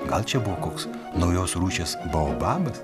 gal čia buvo koks naujos rūšies baobabas